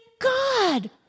God